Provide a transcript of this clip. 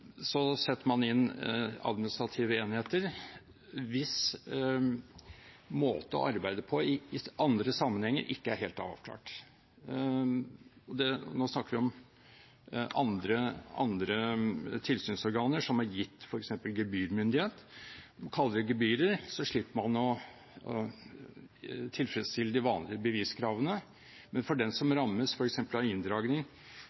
Så setter man inn administrative enheter, hvis måte å arbeide på i andre sammenhenger ikke er helt avklart. Nå snakker vi om andre tilsynsorganer som er gitt f.eks. gebyrmyndighet. Man kaller det gebyrer, så slipper man å tilfredsstille de vanlige beviskravene. Men når det gjelder den som